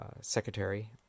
secretary